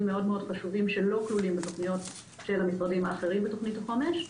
מאוד חשובים שלא כלולים בתוכניות של המשרדים האחרים בתוכנית החומש.